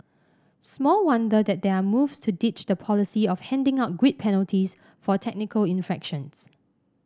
small wonder that there are moves to ditch the policy of handing out grid penalties for technical infractions